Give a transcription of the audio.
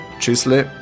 Tschüssle